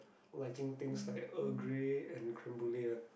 liking things like Earl Grey and creme brulee lah